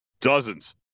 dozens